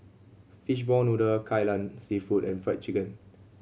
fishball noodle Kai Lan Seafood and Fried Chicken